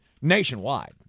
nationwide